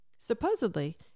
Supposedly